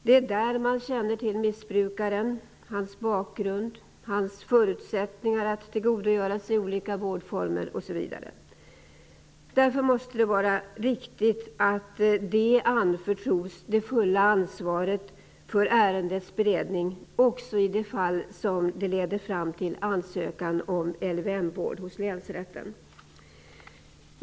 Det är där som man känner till missbrukaren, hans bakgrund, hans förutsättningar att tillgodogöra sig olika vårdformer osv. Det måste därför vara riktigt att socialnämnderna anförtros det fulla ansvaret för ärendets beredning också i de fall som leder fram till ansökan om LVM-vård hos länsrätten.